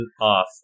off